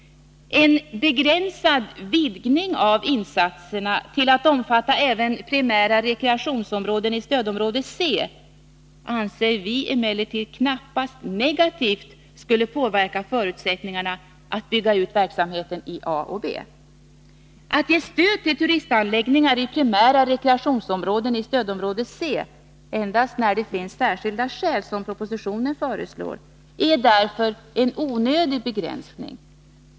En begränsad vidgning av insatserna till att omfatta även primära rekreationsområden i stödområde C anser vi emellertid knappast negativt skulle påverka förutsättningarna att bygga ut verksamheten i A och B. Att ge stöd till turistanläggningar i primära rekreationsområden i stödområde C endast när det finns särskilda skäl — som propositionen föreslår — är därför en onödig begränsning.